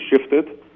shifted